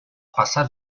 pasa